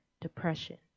depression